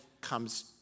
comes